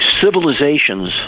Civilizations